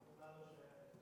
לרזרבות.